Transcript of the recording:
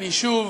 אני שוב